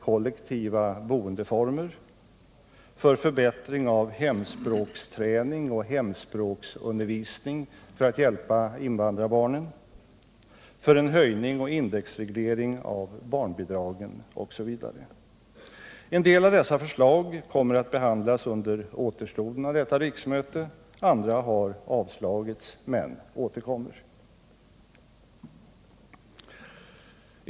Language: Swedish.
kollektiva boendeformer, för förbättring av hemspråksträning och hemspråksundervisning för att hjälpa invandrarbarnen, för en höjning och indexreglering av barnbidragen osv. En del av dessa förslag kommer att behandlas under återstoden av detta riksmöte, andra har avslagits men återkommer.